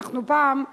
פעם,